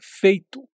feito